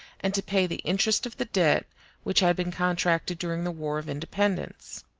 and to pay the interest of the debt which had been contracted during the war of independence.